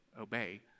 obey